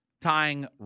tying